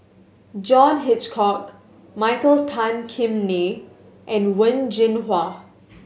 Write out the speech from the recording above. John Hitchcock Michael Tan Kim Nei and Wen Jinhua